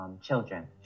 children